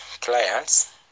clients